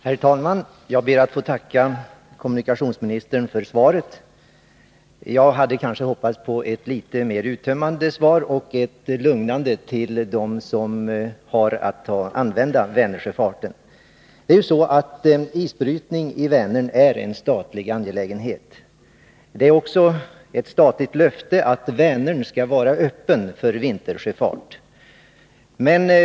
Herr talman! Jag ber att få tacka kommunikationsministern för svaret. Jag hade kanske hoppats på ett något mer uttömmande svar, och ett som var mer lugnande för dem som har att använda Vänersjöfarten. Det är ju så att isbrytning i Vänern är en statlig angelägenhet. Det är också ettstatligt löfte att Vänern skall vara öppen för vintersjöfart.